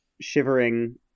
shivering